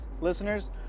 listeners